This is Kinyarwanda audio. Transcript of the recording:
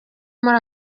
muri